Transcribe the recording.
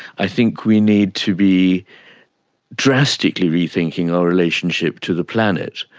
i think we need to be drastically rethinking our relationship to the planet.